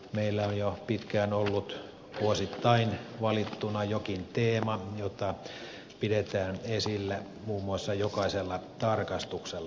meillä on jo pitkään ollut vuosittain valittuna jokin teema jota pidetään esillä muun muassa jokaisella tarkastuksella